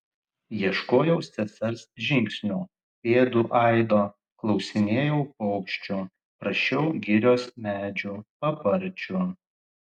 ieškojau sesers žingsnių pėdų aido klausinėjau paukščių prašiau girios medžių paparčių